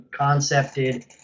concepted